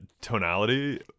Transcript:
tonality